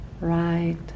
right